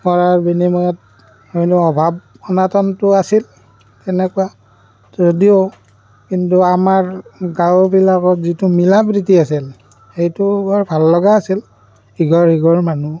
কৰাৰ বিনিময়ত অইন অভাৱ অনাটনটো আছিল তেনেকুৱা যদিও কিন্তু আমাৰ গাঁওবিলাকত যিটো মিলা প্ৰীতি আছে সেইটো বৰ ভাল লগা আছিল ইঘৰ সিঘৰ মানুহ